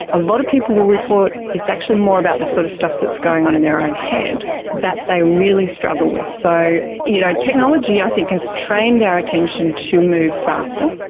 a lot of people will report it's actually more about the sort of stuff that is going on in their own head that they really struggle with. so you know technology i think has trained our attention to move faster,